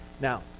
Now